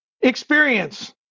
experience